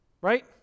right